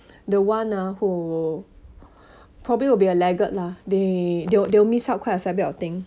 the one ah who probably will be a laggard lah they they will they'll miss out quite a fair bit of thing